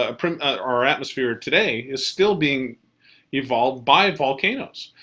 ah our atmosphere today. is still being evolved by volcanoes.